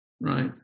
right